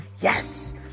Yes